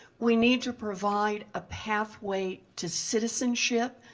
we need to provide a pathway to citizenship,